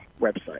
website